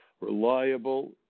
reliable